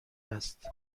است